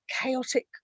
chaotic